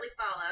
follow